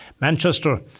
Manchester